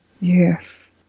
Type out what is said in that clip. Yes